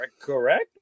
correct